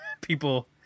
people